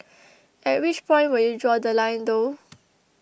at which point would you draw The Line though